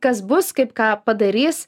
kas bus kaip ką padarys